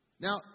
Now